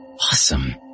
awesome